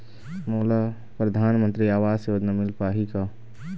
मोला परधानमंतरी आवास योजना मिल पाही का?